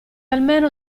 almeno